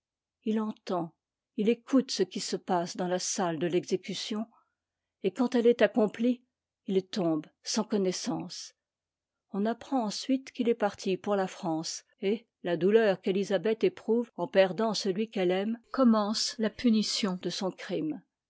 il entend il écoute ce qui se passe dans la salle de l'exécution et quand elle est accomplie il tombe sans connaissance on apprend ensuite qu'il est parti pour la france et la douleur qu'ëtisabeth éprouve en perdant celui qu'elle aime commence la punition de son crime